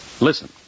Listen